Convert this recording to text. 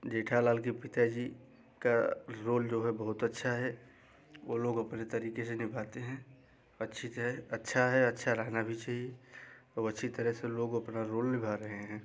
जेठालाल के पिता जी उनका रोल जो है बहुत अच्छा है वे लोग अपने तरीक़े से निभाते हैं अच्छी थे अच्छा है अच्छा रहना भी चाहिए सब अच्छी तरह से अपना रोल निभा रहे हैं